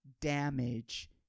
damage